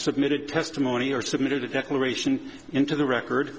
submitted testimony or submitted a declaration into the record